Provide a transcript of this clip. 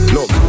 Look